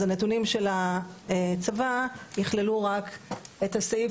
אז הנתונים של הצבא יכללו רק את הסעיף